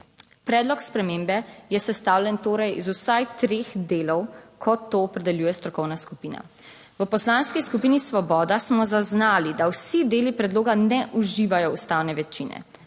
Predlog spremembe je sestavljen torej iz vsaj treh delov, kot to opredeljuje strokovna skupina. V Poslanski skupini Svoboda smo zaznali, da vsi deli predloga ne uživajo ustavne večine,